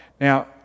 Now